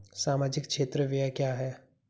सामाजिक क्षेत्र व्यय क्या है?